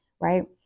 right